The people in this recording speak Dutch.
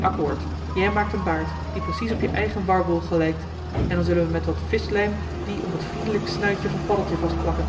accoord jij maakt een baard die precies op je eigen warboel gelijkt en dan zullen we met wat vischlijm dien om het vriendelijk snuitje van paddeltje vastplakken